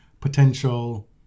potential